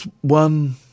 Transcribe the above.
one